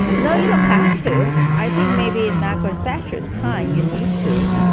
no, you don't have to. i think maybe in margaret thatcher's time you needed to.